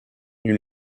une